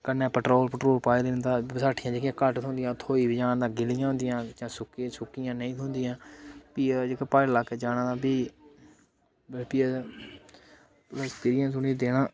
कन्नै पैट्रोल पाए दा होंदा बस्हाठिया जेह्कियां घट्ट थ्होंदियां जेकर थ्होई बी जान तां गि'ल्लियां होंदियां जां सुक्की सुक्कियां नेईं थ्होंदियां भी जेकर प्हाड़ी लाकै च जाना भी असें ऐक्सपिरियंस उनें ई देना